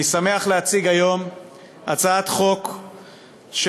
אני שמח להציג היום הצעת חוק שמטרתה